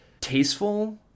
tasteful